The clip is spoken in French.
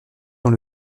dans